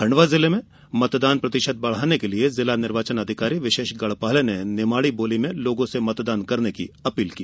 खण्डवा जिले में मतदान प्रतिशत बढ़ाने के लिए जिला निर्वाचन अधिकारी विशेष गढपाले ने निमाड़ी बोली में लोगों से मतदान करने की अपील की